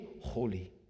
holy